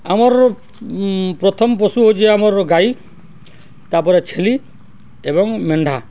ଆମର ପ୍ରଥମ୍ ପଶୁ ହଉଛେ ଆମର୍ ଗାଈ ତା'ପରେ ଛେଲି ଏବଂ ମେଣ୍ଢା